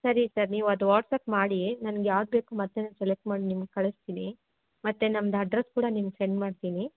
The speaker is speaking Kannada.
ಸರಿ ಸರ್ ನೀವು ಅದು ವಾಟ್ಸಪ್ ಮಾಡಿ ನನ್ಗೆ ಯಾವುದು ಬೇಕು ಮತ್ತೆ ಸೆಲೆಕ್ಟ್ ಮಾಡಿ ನಿಮ್ಗೆ ಕಳಿಸ್ತೀನಿ ಮತ್ತು ನಮ್ದು ಅಡ್ರೆಸ್ ಕೂಡ ನಿಮ್ಗೆ ಸೆಂಡ್ ಮಾಡ್ತೀನಿ